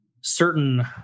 certain